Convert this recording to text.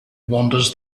wanders